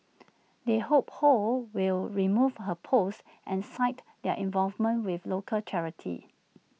they hope ho will remove her post and cited their involvement with local charities